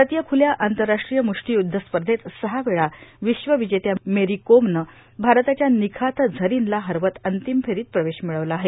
भारतीय खुल्या आंतरराष्ट्रीय मुष्टायुध्द स्पधत सहा वेळा ावश्व ांवजेत्या मेरां कोमनं भारताच्या निखात झारनला हरवत अंतम फेरोत प्रवेश र्ममळवला आहे